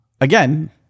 Again